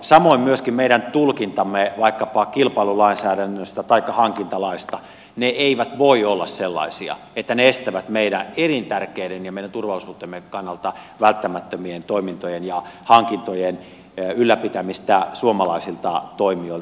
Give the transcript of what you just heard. samoin myöskin meidän tulkintamme vaikkapa kilpailulainsäädännöstä taikka hankintalaista eivät voi olla sellaisia että ne estävät meidän elintärkeiden ja meidän turvallisuutemme kannalta välttämättömien toimintojen ja hankintojen ylläpitämistä suomalaisilta toimijoilta